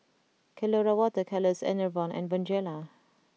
Colora water colours Enervon and Bonjela